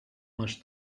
much